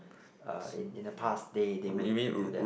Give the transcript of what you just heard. uh in in the past they they would do that